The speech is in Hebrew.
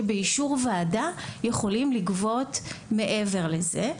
שבאישור ועדה יכולים לגבות מעבר לזה.